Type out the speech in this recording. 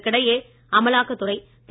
இதற்கிடையே அமலாக்கத்துறை திரு